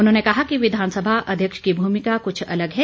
उन्होंने कहा कि विधानसभा अध्यक्ष की भूमिका कुछ अलग है